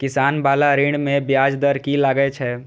किसान बाला ऋण में ब्याज दर कि लागै छै?